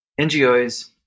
NGOs